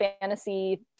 fantasy